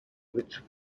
rich